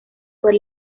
fue